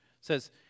says